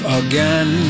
again